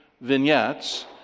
vignettes